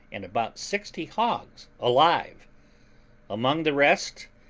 and about sixty hogs alive among the rest,